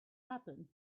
happen